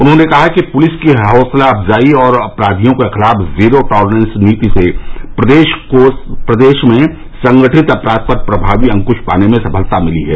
उन्होंने कहा कि पुलिस की हौसला अफजाई और अपराधियों के खिलाफ जीरो दॉलरेंस नीति से सरकार को प्रदेश में संगठित अपराध पर प्रभावी अंकृश पाने में सफलता मिली है